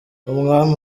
umwami